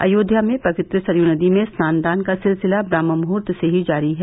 अयोध्या में पवित्र सरयू नदी में स्नान दान का सिलसिला ब्रम्हमूहर्त से ही जारी है